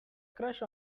crush